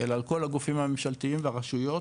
אלא על כל הגופים הממשלתיים והרשויות